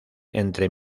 entre